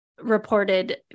reported